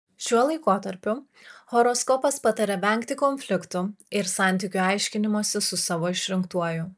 šiuo laikotarpiu horoskopas pataria vengti konfliktų ir santykių aiškinimosi su savo išrinktuoju